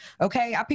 okay